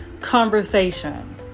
conversation